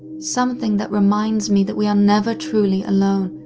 something that reminds me that we are never truly alone,